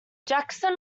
jackson